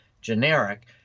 generic